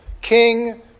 king